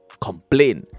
complain